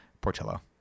Portillo